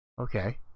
Okay